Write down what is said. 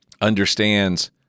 understands